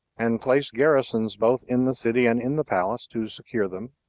and placed garrisons both in the city and in the palace, to secure them,